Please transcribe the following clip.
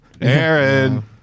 Aaron